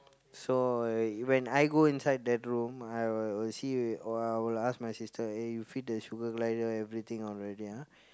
so uh when I go inside that room I will uh see or I will ask my sister eh you feed the sugar glider everything already ah